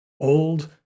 old